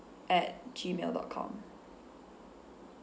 at G mail dot com